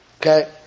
Okay